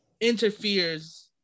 Interferes